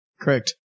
Correct